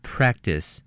Practice